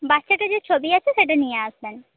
বাচ্চাটির যে ছবি আছে সেটা নিয়ে আসবেন